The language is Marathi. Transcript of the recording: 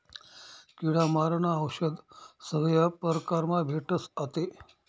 किडा मारानं औशद सगया परकारमा भेटस आते